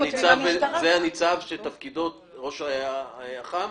זה ראש אח"מ?